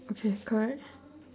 okay correct